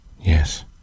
Yes